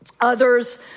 Others